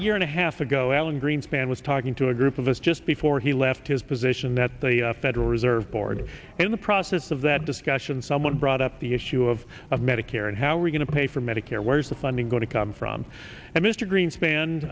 a year and a half ago alan greenspan was talking to a group of us just before he left his position that the federal reserve board in the process of that discussion someone brought up the issue of medicare and how we're going to pay for medicare where is the funding going to come from and mr greenspan